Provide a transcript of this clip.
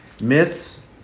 Myths